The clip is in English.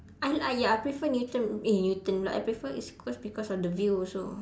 I like ya I prefer newton eh newton pula I prefer east-coast because of the view also